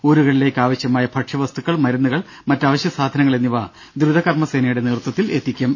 ഊരുകളിലേക്ക് ആവശ്യമായ ഭക്ഷ്യവസ്തുക്കൾ മരുന്നുകൾ മറ്റ് അവശ്യസാധനങ്ങൾ എന്നിവ ദ്രുതകർമ്മ സേനയുടെ നേതൃത്വത്തിൽ എത്തിക്കും